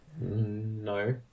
No